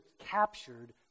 captured